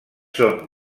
són